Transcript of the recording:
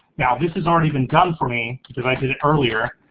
now this has already been done for me, cause i did it earlier,